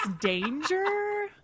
Danger